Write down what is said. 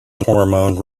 hormone